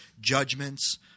judgments